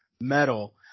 metal